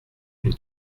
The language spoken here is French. une